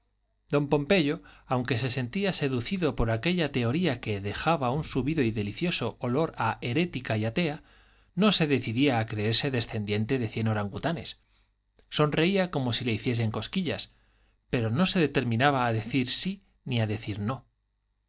don pompeyo aunque se sentía seducido por aquella teoría que dejaba un subido y delicioso olor a herética y atea no se decidía a creerse descendiente de cien orangutanes sonreía como si le hiciesen cosquillas pero no se determinaba a decir sí ni a decir no